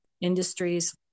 industries